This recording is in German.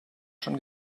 schon